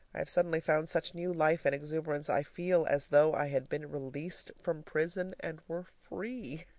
i have suddenly found such new life and exuberance, i feel as though i had been released from prison and were free.